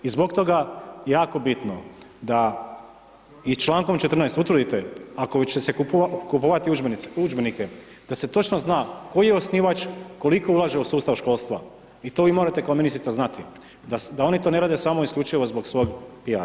I zbog toga je jako bitno da i čl. 14. utvrdite ako će se kupovati udžbenike, da se točno zna, koji je osnivač, koliko ulaže u sustav školstva i to vi morate kao ministrica znati, da oni to ne rade samo isključivo zbog svog P.R.